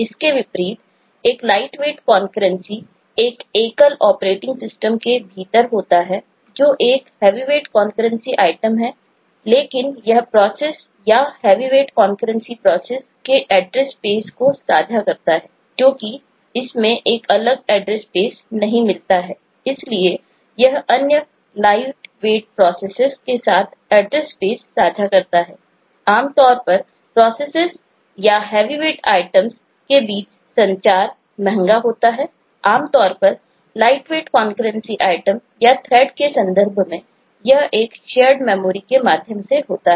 इसके विपरीत एक लाइटवेट कॉन्करेंसी के माध्यम से होता है